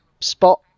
spot